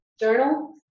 Journal